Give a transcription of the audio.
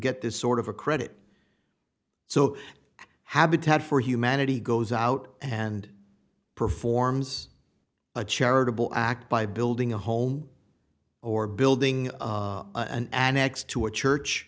get this sort of a credit so habitat for humanity goes out and performs a charitable act by building a home or building an annex to a church